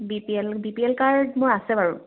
B P L B P L card মোৰ আছে বাৰু